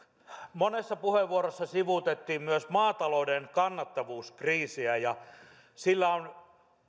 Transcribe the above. monessa puheenvuorossa sivuttiin myös maatalouden kannattavuuskriisiä ja sillä on